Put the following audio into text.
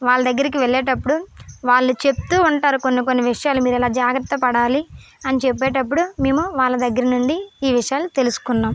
వాళ్ళ దగ్గరికి వెళ్ళేటప్పుడు వాళ్ళు చెప్తూ ఉంటారు కొన్ని కొన్ని విషయాలు మీరు ఇలా జాగ్రత్త పడాలి అని చెప్పేటప్పుడు మేము వాళ్ళ దగ్గర నుండి ఈ విషయాలు తెలుసుకున్నాం